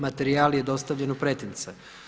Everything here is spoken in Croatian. Materijal je dostavljen u pretince.